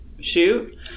shoot